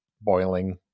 boiling